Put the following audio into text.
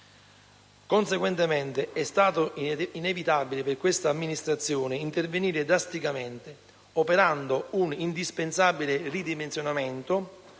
Conseguentemente, è stato inevitabile per questa amministrazione intervenire drasticamente, operando un indispensabile ridimensionamento